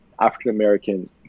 African-American